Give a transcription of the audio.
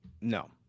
no